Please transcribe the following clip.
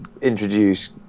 introduce